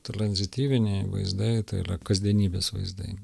tranzityviniai vaizdai tai yra kasdienybės vaizdai